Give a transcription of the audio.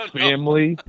family